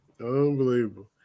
Unbelievable